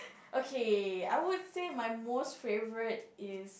okay I would say my most favourite is